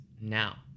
now